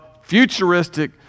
futuristic